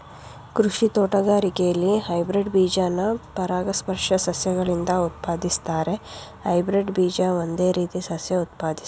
ಕೃಷಿ ತೋಟಗಾರಿಕೆಲಿ ಹೈಬ್ರಿಡ್ ಬೀಜನ ಪರಾಗಸ್ಪರ್ಶ ಸಸ್ಯಗಳಿಂದ ಉತ್ಪಾದಿಸ್ತಾರೆ ಹೈಬ್ರಿಡ್ ಬೀಜ ಒಂದೇ ರೀತಿ ಸಸ್ಯ ಉತ್ಪಾದಿಸ್ತವೆ